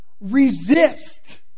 Resist